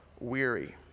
weary